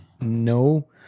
No